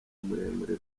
muremure